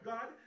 God